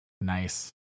Nice